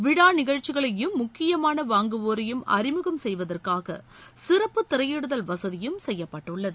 விழா நிகழ்ச்சிகளையும் முக்கியமான வாங்குவோரையும் அறிமுகம் செய்வதற்காக சிறப்பு திரையிடுதல் வசதியும் செய்யப்பட்டுள்ளது